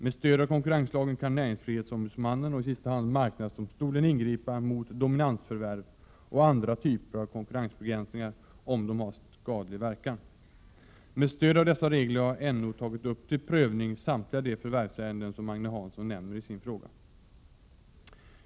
Med stöd av konkurrenslagen kan näringsfrihetsombudsmannen, NO, och i sista hand marknadsdomstolen ingripa mot dominansförvärv och andra typer av konkurrensbegränsningar, om de har skadlig verkan. Med stöd av dessa regler har NO tagit upp till prövning samtliga de förvärvsärenden som Agne Hansson nämner i sin fråga.